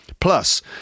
Plus